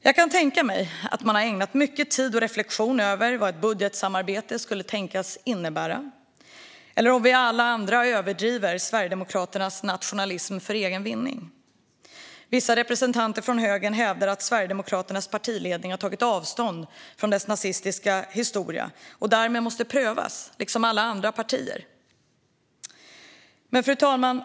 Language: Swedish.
Jag kan tänka mig att man har ägnat mycket tid och reflektion åt vad ett budgetsamarbete kunde tänkas innebära, eller om vi alla andra överdriver Sverigedemokraternas nationalism för egen vinning. Vissa representanter från högern hävdar att Sverigedemokraternas partiledning har tagit avstånd från partiets nazistiska historia och därmed måste prövas liksom alla andra partier. Fru talman!